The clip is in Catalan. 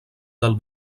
del